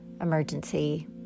emergency